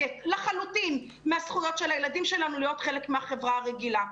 לחלוטין מהזכויות של הילדים שלנו להיות חלק מהחברה הרגילה.